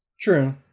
True